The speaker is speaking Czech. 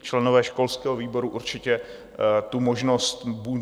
Členové školského výboru určitě tu možnost mít budou.